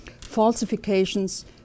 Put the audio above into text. falsifications